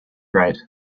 right